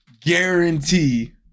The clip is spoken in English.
guarantee